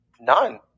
None